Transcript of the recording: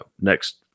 next